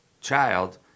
child